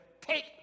take